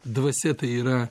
dvasia tai yra